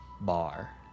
bar